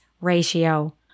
ratio